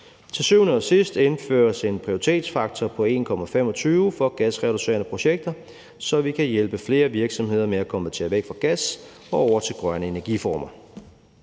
Til syvende og sidst indføres en prioritetsfaktor på 1,25 for gasreducerende projekter, så vi kan hjælpe flere virksomheder med at konvertere væk fra gas og over til grønne energiformer.